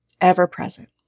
ever-present